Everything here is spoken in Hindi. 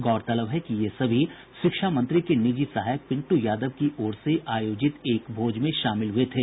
गौरतलब है कि ये सभी शिक्षा मंत्री के निजी सहायक पिंट् यादव की ओर से आयोजित एक भोज में शामिल हुए थे